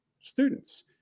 students